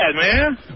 man